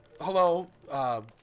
hello